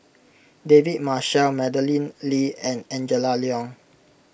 David Marshall Madeleine Lee and Angela Liong